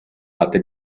latte